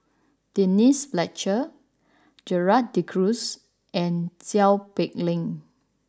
Denise Fletcher Gerald De Cruz and Seow Peck Leng